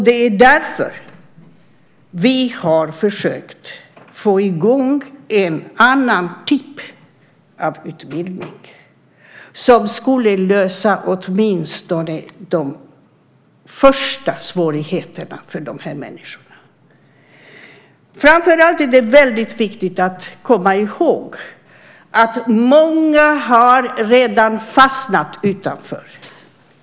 Det är därför vi har försökt få i gång en annan typ av utbildning som skulle lösa åtminstone de första svårigheterna för de här människorna. Framför allt är det väldigt viktigt att komma ihåg att många redan har fastnat utanför.